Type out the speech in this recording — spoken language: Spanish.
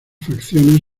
facciones